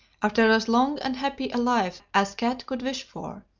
after as long and happy a life as cat could wish for,